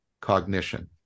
cognition